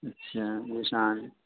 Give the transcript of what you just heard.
اچھا ذیشان